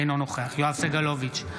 אינו נוכח יואב סגלוביץ'